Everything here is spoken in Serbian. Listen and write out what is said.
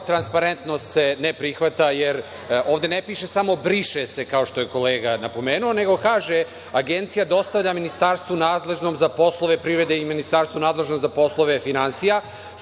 transparentno se ne prihvata, jer ovde ne piše samo „briše se“, kao što je kolega napomenuo, nego kaže – Agencija dostavlja ministarstvu nadležnom za poslove privrede i ministarstvu nadležnom za poslove finansija,